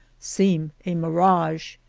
seem a mirage.